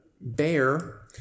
bear